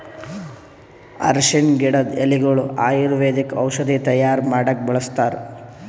ಅರ್ಷಿಣ್ ಗಿಡದ್ ಎಲಿಗೊಳು ಆಯುರ್ವೇದಿಕ್ ಔಷಧಿ ತೈಯಾರ್ ಮಾಡಕ್ಕ್ ಬಳಸ್ತಾರ್